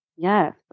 Yes